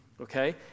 okay